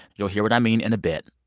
you'll hear what i mean in a bit.